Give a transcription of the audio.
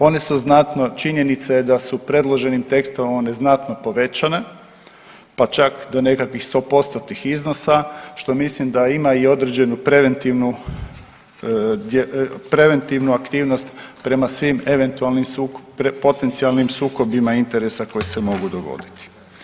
One su znatno činjenica je da su predloženim tekstom one znatno povećane, pa čak do nekakvih i stopostotnih iznosa što mislim da ima i određenu preventivnu aktivnost prema svim eventualnim potencijalnim sukobima interesa koji se mogu dogoditi.